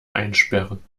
einsperren